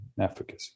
efficacy